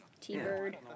T-bird